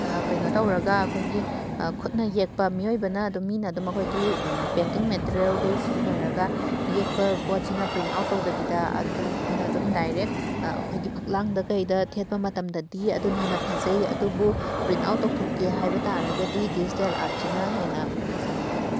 ꯀꯩꯅꯣ ꯇꯧꯔꯒ ꯑꯩꯈꯣꯏꯒꯤ ꯈꯨꯠꯅ ꯌꯦꯛꯄ ꯃꯤꯑꯣꯏꯕꯅ ꯑꯗꯨꯝ ꯃꯤꯅ ꯑꯗꯨꯝ ꯑꯩꯈꯣꯏꯒꯤ ꯄꯦꯟꯇꯤꯡ ꯃꯦꯇꯤꯔꯤꯌꯦꯜꯈꯩ ꯁꯤꯖꯟꯅꯔꯒ ꯌꯦꯛꯄ ꯄꯣꯠꯁꯤꯅ ꯄ꯭ꯔꯤꯟꯠ ꯑꯥꯎꯠ ꯇꯧꯗꯕꯤꯗ ꯑꯗꯨꯝꯅ ꯑꯗꯨꯝ ꯗꯥꯏꯔꯦꯛ ꯑꯩꯈꯣꯏꯒꯤ ꯐꯛꯂꯥꯡꯗ ꯀꯩꯗ ꯊꯦꯠꯄ ꯃꯇꯝꯗꯗꯤ ꯑꯗꯨꯅ ꯍꯦꯟꯅ ꯐꯖꯩ ꯑꯗꯨꯕꯨ ꯄ꯭ꯔꯤꯟꯠ ꯑꯥꯎꯠ ꯇꯧꯊꯣꯛꯀꯦ ꯍꯥꯏꯕ ꯇꯥꯔꯒꯗꯤ ꯗꯤꯖꯤꯇꯦꯜ ꯑꯥꯔꯠꯁꯤꯅ ꯍꯦꯟꯅ ꯐꯖꯍꯜꯂꯤ